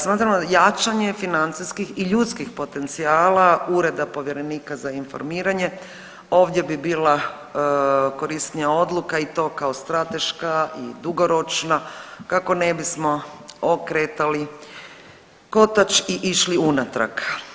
Smatramo jačanje financijskih i ljudskih potencijala ureda povjerenika za informiranje ovdje bi bila korisnija odluka i to kao strateška i dugoročna kako ne bismo okretali kotač i išli unatrag.